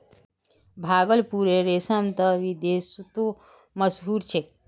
भागलपुरेर रेशम त विदेशतो मशहूर छेक